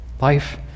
Life